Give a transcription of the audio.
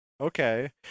okay